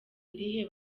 irihe